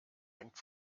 hängt